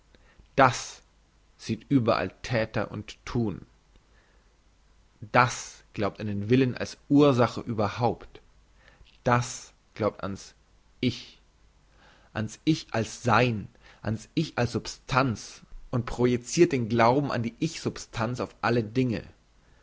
das sieht überall thäter und thun das glaubt an willen als ursache überhaupt das glaubt an's ich an's ich als sein an's ich als substanz und projicirt den glauben an die ich substanz auf alle dinge